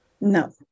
No